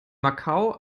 macau